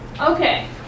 Okay